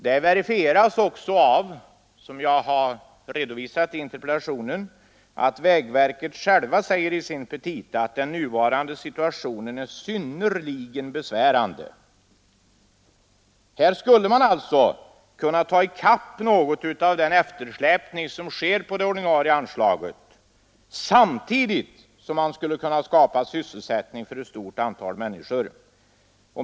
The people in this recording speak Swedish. Detta verifieras också — som jag redovisat i interpellationen — av vägverket när det i sina pepita säger: ”Den nuvarande situationen är synnerligen besvärande.” Här skulle man alltså kunna få bort något av eftersläpningen på det ordinarie anslaget samtidigt som man skulle kunna skapa sysselsättning för ett stort antal människor.